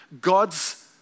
God's